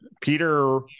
Peter